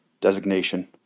Designation